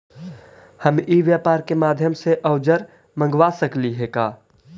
हम ई व्यापार के माध्यम से औजर मँगवा सकली हे का?